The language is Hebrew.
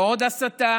לא עוד הסתה,